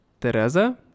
Teresa